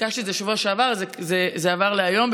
ביקשתי בשבוע שעבר וזה עבר להיום,